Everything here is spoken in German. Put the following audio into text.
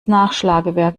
nachschlagewerk